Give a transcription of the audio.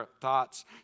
thoughts